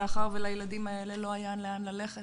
מאחר שלילדים האלה לא היה לאן ללכת,